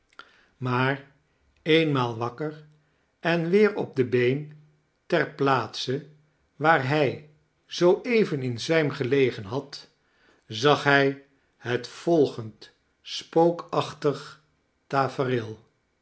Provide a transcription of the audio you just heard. maar eenmaal wakker en weer op de been ter plaatse waar hij zoo even in zwijm geljegen had zag hij het volgend spookachtig tafereel